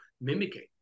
mimicking